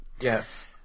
Yes